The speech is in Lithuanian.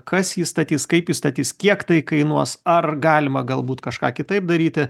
kas jį statys kaip jį statys kiek tai kainuos ar galima galbūt kažką kitaip daryti